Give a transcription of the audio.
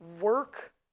work